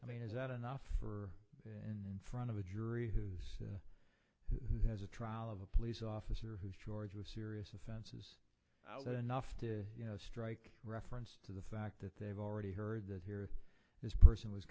i mean is that enough for and in front of a jury who's has a trial of a police officer who's georgia a serious offense that enough to you know strike reference to the fact that they've already heard that here this person was